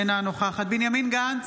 אינה נוכחת בנימין גנץ,